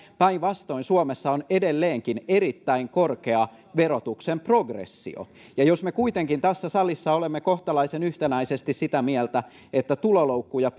päinvastoin suomessa on edelleenkin erittäin korkea verotuksen progressio ja jos me kuitenkin tässä salissa olemme kohtalaisen yhtenäisesti sitä mieltä että tuloloukkuja